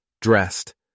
dressed